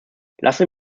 lassen